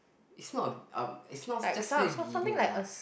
it's not uh um it's not just say being lah